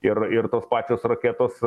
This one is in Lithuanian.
ir ir tos pačios raketos